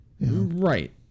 Right